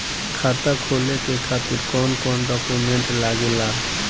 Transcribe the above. खाता खोले के खातिर कौन कौन डॉक्यूमेंट लागेला?